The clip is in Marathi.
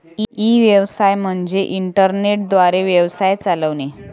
ई व्यवसाय म्हणजे इंटरनेट द्वारे व्यवसाय चालवणे